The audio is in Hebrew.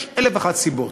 יש אלף ואחת סיבות,